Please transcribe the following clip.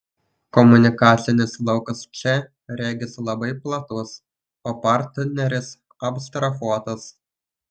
komunikacinis laukas čia regis labai platus o partneris abstrahuotas